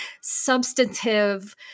substantive